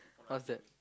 what's that